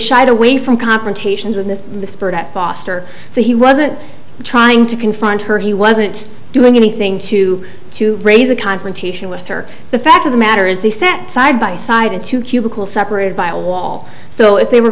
shied away from confrontations with this foster so he wasn't trying to confront her he wasn't doing anything to to raise a confrontation with her the fact of the matter is they sat side by side in two cubicle separated by a wall so if they were